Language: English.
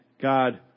God